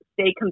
stay